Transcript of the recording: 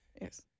Yes